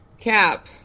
cap